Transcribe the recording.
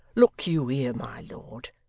look you here, my lord.